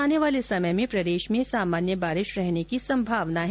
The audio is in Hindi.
आने वाले समय में प्रदेश में सामान्य बारिश रहने की संभावना है